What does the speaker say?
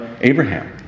Abraham